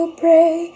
pray